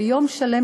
שיום שלם,